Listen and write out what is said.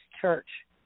church